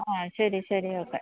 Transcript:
ആ ശരി ശരി ഓക്കെ